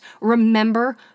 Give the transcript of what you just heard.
Remember